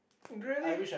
really